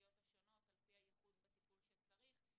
האוכלוסיות השונות על פי הייחוד בטיפול שצריך,